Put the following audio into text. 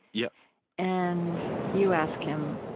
yeah and you ask him,